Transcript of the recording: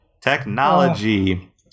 Technology